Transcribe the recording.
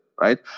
right